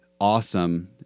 awesome